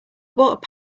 bought